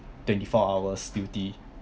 twenty four hours duty